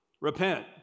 repent